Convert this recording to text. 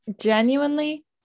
genuinely